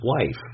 wife